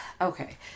Okay